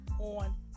on